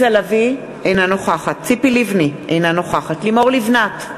אינה נוכחת ציפי לבני, אינה נוכחת לימור לבנת,